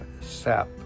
sap